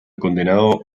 condenado